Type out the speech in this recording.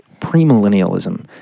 premillennialism